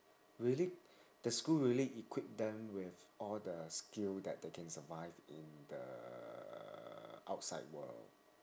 really the school really equip them with all the skills that they can survive in the outside world